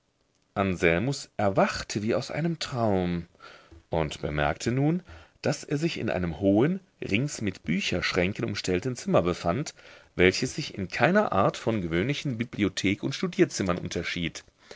anselmus erwachte wie aus einem traum und bemerkte nun daß er sich in einem hohen rings mit bücherschränken umstellten zimmer befand welches sich in keiner art von gewöhnlichen bibliothek und studierzimmern unterschied